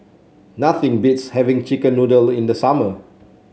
nothing beats having chicken noodle in the summer